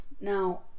Now